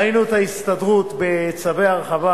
ראינו את ההסתדרות בצווי הרחבה,